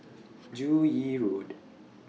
Joo Yee Road